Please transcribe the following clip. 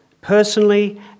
personally